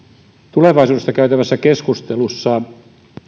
tulevaisuudesta käytävässä keskustelussa